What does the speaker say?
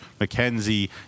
McKenzie